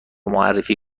معرفی